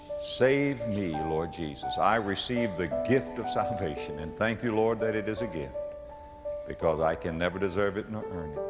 save me, lord jesus. i receive the gift salvation and thank you, lord, that it is a gift because i can never deserve it nor earn